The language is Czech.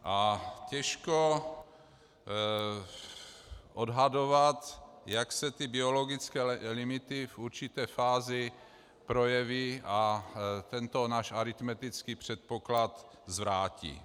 A těžko odhadovat, jak se biologické limity v určité fázi projeví a tento náš aritmetický předpoklad zvrátí.